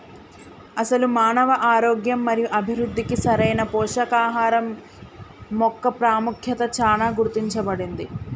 అసలు మానవ ఆరోగ్యం మరియు అభివృద్ధికి సరైన పోషకాహరం మొక్క పాముఖ్యత చానా గుర్తించబడింది